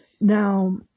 Now